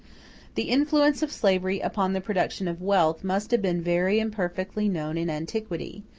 the influence of slavery upon the production of wealth must have been very imperfectly known in antiquity,